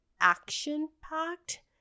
action-packed